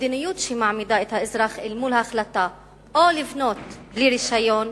המדיניות שמעמידה את האזרח אל מול החלטה או לבנות בלי רשיון